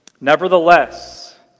Nevertheless